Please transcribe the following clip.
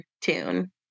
Tune